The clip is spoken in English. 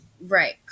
Right